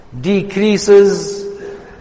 decreases